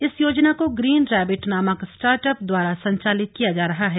इस योजना को ग्रीन रैबिट नामक स्टार्ट अप द्वारा संचालित किया जा रहा है